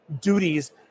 duties